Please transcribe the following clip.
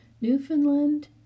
Newfoundland